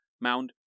mound